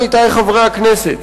עמיתי חברי הכנסת,